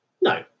No